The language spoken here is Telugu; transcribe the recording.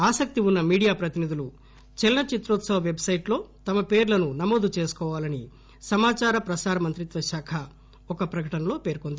ఆసక్తివున్న మీడియా ప్రతినిధులు చలనచిత్రోత్సవ పెట్ సైట్ లో తమ పేర్లను నమోదు చేసుకోవాలని సమాచార ప్రసార మంత్రిత్వశాఖ ఒక ప్రకటనలో పేర్కొంది